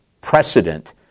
precedent